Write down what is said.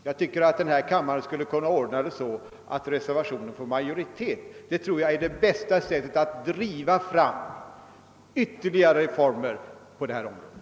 Jag tycker att denna kammare skulle kunna se till att reservationen får majoritet. Enligt min mening är det bästa sättet att driva fram ytterligare reformer på det här området.